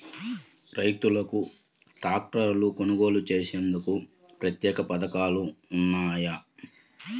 రైతులకు ట్రాక్టర్లు కొనుగోలు చేసేందుకు ప్రత్యేక పథకాలు ఉన్నాయా?